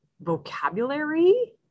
vocabulary